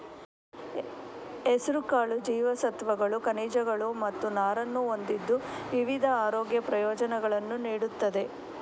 ಹೆಸರುಕಾಳು ಜೀವಸತ್ವಗಳು, ಖನಿಜಗಳು ಮತ್ತು ನಾರನ್ನು ಹೊಂದಿದ್ದು ವಿವಿಧ ಆರೋಗ್ಯ ಪ್ರಯೋಜನಗಳನ್ನು ನೀಡುತ್ತದೆ